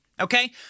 okay